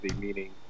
meaning